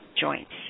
joints